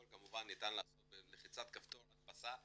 הכל כמובן ניתן לעשות בלחיצת כפתור הדפסה,